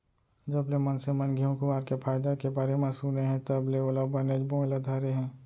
जबले मनसे मन घींव कुंवार के फायदा के बारे म सुने हें तब ले ओला बनेच बोए ल धरे हें